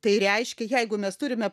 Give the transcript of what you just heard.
tai reiškia jeigu mes turime